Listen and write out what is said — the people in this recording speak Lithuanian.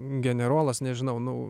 generolas nežinau nu